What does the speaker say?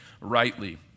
rightly